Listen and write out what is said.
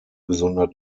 gesunder